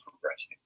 progressing